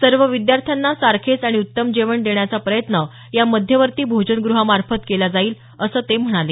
सर्व विद्यार्थ्यांना सारखेच आणि उत्तम जेवण देण्याचा प्रयत्न या मध्यवर्ती भोजनगृहामार्फत केला जाईल असं ते म्हणाले